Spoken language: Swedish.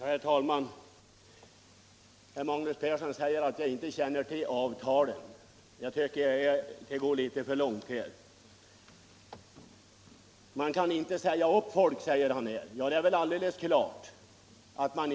Herr talman! Herr Magnus Persson säger att jag inte känner till anställningsavtalet för vägverkets personal. Jag tycker att han då går litet för långt. Man kan inte säga upp folk, framhåller herr Persson.